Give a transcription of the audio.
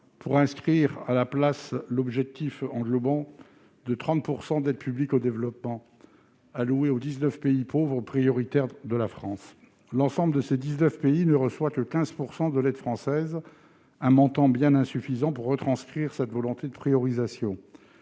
française par l'objectif englobant de 30 % d'aide publique au développement de la France allouée aux 19 pays pauvres prioritaires. L'ensemble de ces pays ne reçoit que 15 % de l'aide française, un montant bien insuffisant pour retranscrire cette volonté de priorisation.